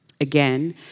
Again